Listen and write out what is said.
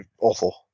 awful